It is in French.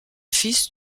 fils